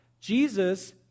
Jesus